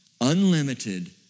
Unlimited